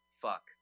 fuck